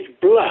blood